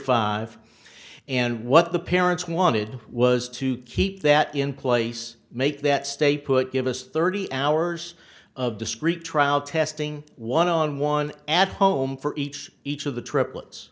five and what the parents wanted was to keep that in place make that stay put give us thirty hours of discrete trial testing one on one at home for each each of the triplets